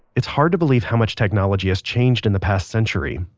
it's hard to believe how much technology has changed in the past century,